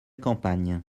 campagne